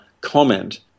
comment